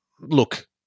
look